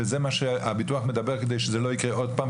וזה מה שהביטוח אומר כדי שזה לא יקרה עוד פעם,